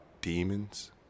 demons